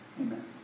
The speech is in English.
Amen